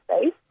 space